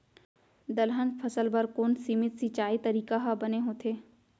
दलहन फसल बर कोन सीमित सिंचाई तरीका ह बने होथे?